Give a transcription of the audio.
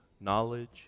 knowledge